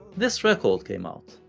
this record came out,